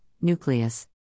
nucleus